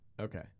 Okay